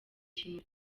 kintu